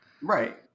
Right